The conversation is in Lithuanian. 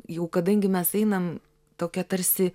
jau kadangi mes einam tokia tarsi